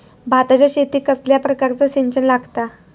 भाताच्या शेतीक कसल्या प्रकारचा सिंचन लागता?